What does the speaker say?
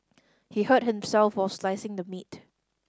he hurt himself while slicing the meat